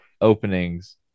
openings